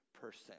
person